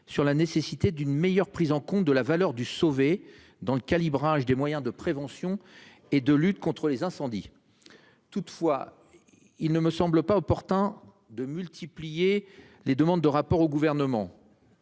sur la nécessité d'une meilleure prise en compte de la valeur du sauver dans le calibrage des moyens de prévention et de lutte contre les incendies. Toutefois, il ne me semble pas opportun de multiplier les demandes de rapport au gouvernement.